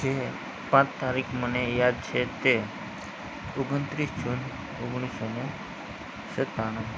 જે પાંચ તારીખ મને યાદ છે તે ઓગણત્રીસ જૂન ઓગણીસ સો અને સત્તાણું